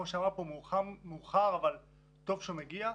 הוא מאוחר אבל טוב שמגיע,